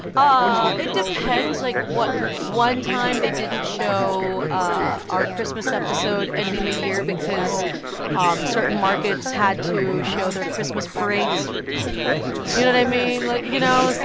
ah it depends, like, what one time, they didn't show ah our christmas episode ending the year because um certain markets had to show their christmas parades oh, my goodness you know what i mean? like you know, it's.